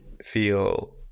feel